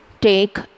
take